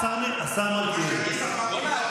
השר מלכיאלי.